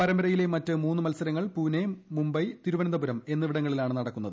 പരമ്പരയിലെ മറ്റ് മൂന്ന് മത്സരങ്ങൾ പുനെ മുംബെ തിരുവനന്തപുരം എന്നിവിടങ്ങളിലാണ് നടക്കുന്നത്